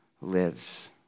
lives